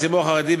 הציבור החרדי,